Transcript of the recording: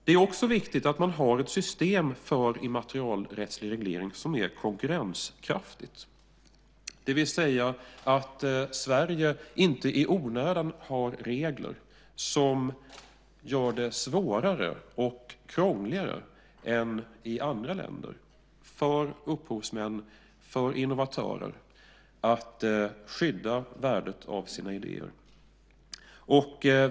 Det är också viktigt att ha ett system för immaterialrättslig reglering som är konkurrenskraftigt, det vill säga att Sverige inte i onödan har regler som gör det svårare och krångligare än i andra länder för upphovsmän och innovatörer att skydda värdet av sina idéer.